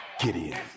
Gideon